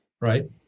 right